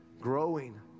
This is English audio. growing